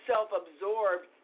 self-absorbed